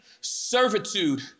servitude